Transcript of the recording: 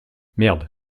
merde